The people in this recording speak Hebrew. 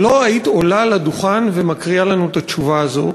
את לא היית עולה לדוכן ומקריאה לנו את התשובה הזו,